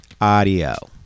Audio